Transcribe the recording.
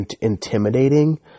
intimidating